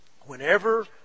Whenever